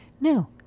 no